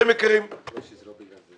זה לא בגלל זה.